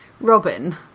Robin